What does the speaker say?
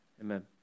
Amen